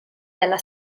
della